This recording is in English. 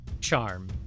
charm